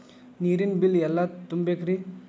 ನೇರಿನ ಬಿಲ್ ಎಲ್ಲ ತುಂಬೇಕ್ರಿ?